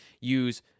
Use